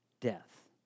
death